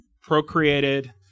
procreated